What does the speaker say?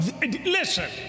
Listen